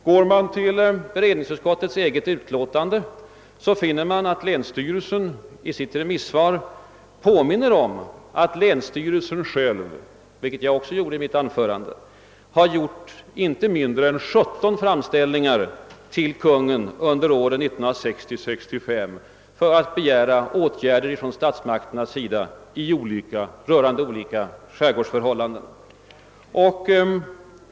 Går man till allmänna beredningsutskottets eget utlåtande finner man att länsstyrelsen i sitt remissvar påminner om att länsstyrelsen själv har gjort inte mindre än 17 framställningar till Kungl. Maj:t under åren 1960—1963 om åtgärder från statsmakternas sida rörande olika skärgårdsförhållanden.